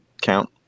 count